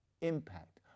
impact